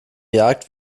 jagd